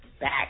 back